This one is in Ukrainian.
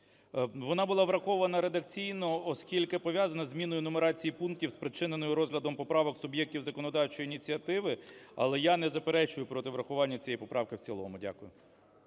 Вона була врахована редакційно, оскільки пов'язана зі зміною нумерації пунктів, спричиненою розглядом поправок суб'єктів законодавчої ініціативи. Але я не заперечую проти врахування цієї поправки в цілому. Дякую.